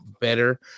better